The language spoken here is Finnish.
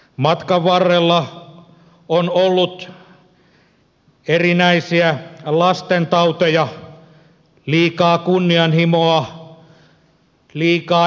matkan varrella on ollut erinäisiä lastentauteja liikaa kunnianhimoa liikaa intoa